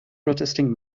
protesting